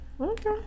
Okay